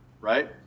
right